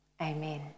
Amen